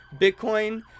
Bitcoin